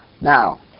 Now